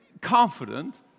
confident